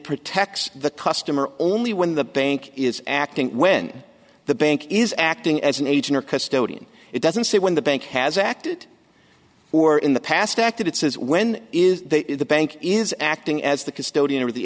protects the customer only when the bank is acting when the bank is acting as an agent or custodian it doesn't say when the bank has acted or in the past acted it says when is the bank is acting as the custodian or the